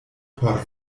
por